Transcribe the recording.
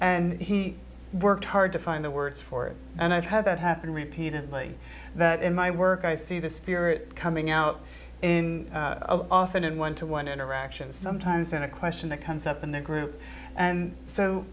and he worked hard to find the words for it and i've had that happen repeatedly that in my work i see the spirit coming out in often in one to one interactions sometimes in a question that comes up in the group and so